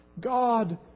God